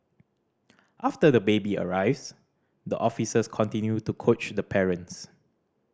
after the baby arrives the officers continue to coach the parents